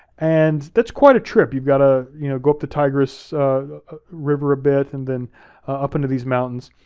and that's quite a trip, you've gotta you know go up the tigris river a bit and then up into these mountains.